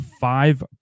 five